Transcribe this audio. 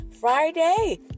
Friday